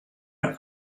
are